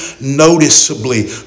noticeably